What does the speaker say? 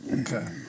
Okay